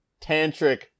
tantric